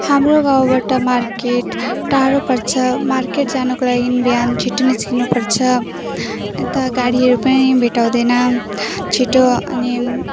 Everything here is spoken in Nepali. हाम्रो गाउँबाट मार्केट टाढो पर्छ मार्केट जानको लागि बिहान छिटो निस्किनुपर्छ यता गाडीहरू पनि भेटाउँदैनौँ छिटो अनि